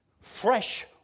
fresh